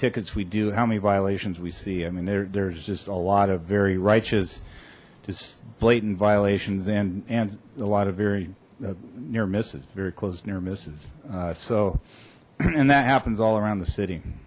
tickets we do how many violations we see i mean there's just a lot of very righteous just blatant violations and and a lot of very the near misses very close near misses so and that happens all around the